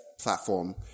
platform